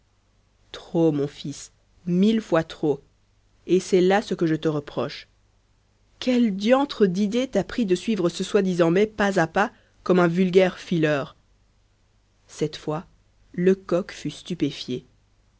trop mon fils mille fois trop et c'est là ce que je te reproche quelle diantre d'idée t'a pris de suivre ce soi-disant mai pas à pas comme un vulgaire fileur cette fois lecoq fut stupéfié